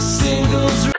singles